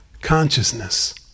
Consciousness